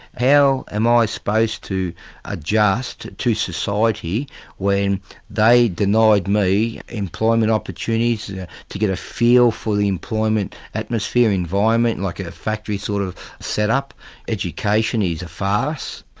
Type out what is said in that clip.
how am i supposed to adjust to society when they denied me employment opportunities yeah to get a feel for the employment atmosphere, environment, and like in a factory sort of set-up education is a farce,